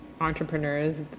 entrepreneurs